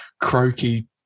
croaky